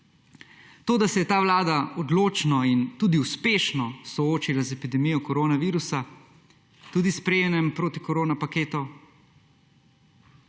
To, da se je ta vlada odločno in tudi uspešno soočila z epidemijo koronavirusa, tudi s sprejemanjem protikorona paketov,